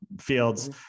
fields